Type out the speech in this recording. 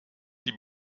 die